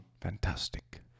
Fantastic